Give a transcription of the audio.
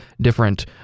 different